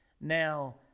Now